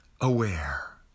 Aware